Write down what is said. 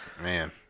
Man